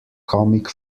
comic